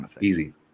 Easy